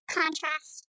contrast